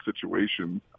situation